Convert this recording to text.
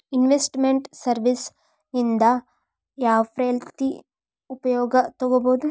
Invest made services ನಿಂದಾ ಯಾವ್ರೇತಿ ಉಪಯೊಗ ತಗೊಬೊದು?